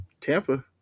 Tampa